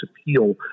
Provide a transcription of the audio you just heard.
appeal